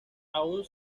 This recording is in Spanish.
aún